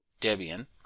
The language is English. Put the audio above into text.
Debian